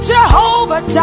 Jehovah